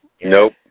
Nope